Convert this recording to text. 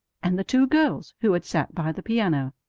and the two girls who had sat by the piano.